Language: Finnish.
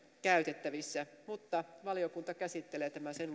käytettävissä mutta valiokunta käsittelee tätä sen